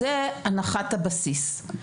זאת הנחת הבסיס.